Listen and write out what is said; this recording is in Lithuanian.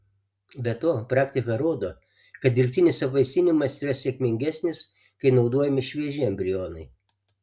be to praktika rodo kad dirbtinis apvaisinimas yra sėkmingesnis kai naudojami švieži embrionai